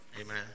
Amen